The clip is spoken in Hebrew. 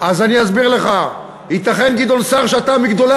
אז למה הצבעת בעד משאל עם?